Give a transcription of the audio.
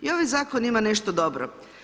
I ovaj Zakon ima nešto dobro.